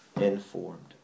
informed